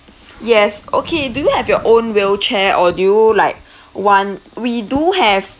yes okay do you have your own wheelchair or do you like want we do have